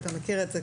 אתה מכיר את זה,